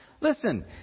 listen